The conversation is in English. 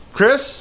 Chris